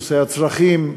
נושא הצרכים,